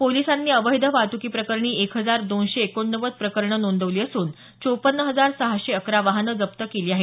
पोलिसांनी अवैध वाहतुकीप्रकरणी एक हजार दोनशे एकोणनव्वद प्रकरणं नोंदवली असून चोपन्न हजार सहाशे अकरा वाहनं जप्त केली आहेत